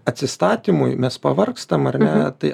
atsistatymui mes pavargstam ar ne tai